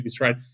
right